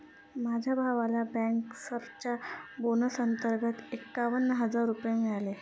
माझ्या भावाला बँकर्सच्या बोनस अंतर्गत एकावन्न हजार रुपये मिळाले